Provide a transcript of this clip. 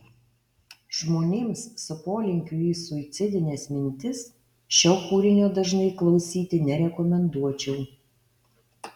žmonėms su polinkiu į suicidines mintis šio kūrinio dažnai klausyti nerekomenduočiau